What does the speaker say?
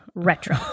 Retro